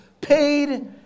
paid